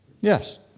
Yes